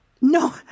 No